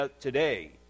today